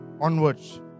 onwards